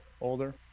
older